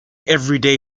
everyday